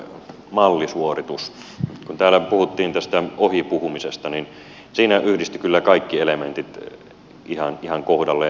kun täällä puhuttiin tästä ohi puhumisesta niin siinä yhdistyivät kyllä kaikki elementit ihan kohdalleen